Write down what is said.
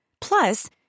Plus